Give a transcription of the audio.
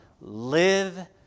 Live